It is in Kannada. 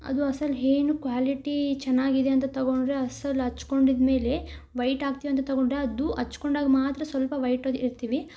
ಅದು ಅಸಲು ಏನು ಕ್ವಾಲಿಟಿ ಚೆನ್ನಾಗಿದೆ ಅಂತ ತೊಗೊಂಡ್ರೆ ಅಸಲು ಹಚ್ಕೊಂಡಿದ್ಮೇಲೆ ವೈಟ್ ಆಗ್ತಿವಿ ಅಂತ ತಗೊಂಡ್ರೆ ಅದು ಹಚ್ಕೊಂಡಾಗ ಮಾತ್ರ ಸ್ವಲ್ಪ ವೈಟಾಗ್ ಇರ್ತೀವಿ